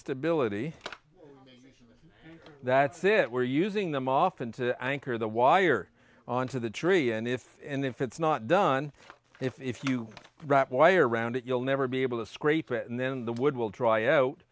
stability that's it we're using them often to anchor the wire on to the tree and if and if it's not done if you wrap wire around it you'll never be able to scrape it and then the wood will dry out